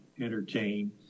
entertain